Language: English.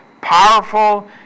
powerful